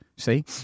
see